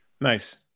Nice